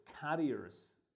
carriers